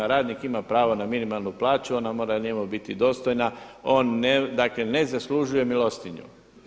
Radnik ima pravo na minimalnu plaću, ona mora njemu biti dostojna, on ne, dakle ne zaslužuje milostinju.